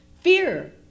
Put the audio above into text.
fear